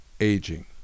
aging